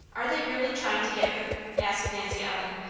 are they really trying to get her? asked nancy ellen,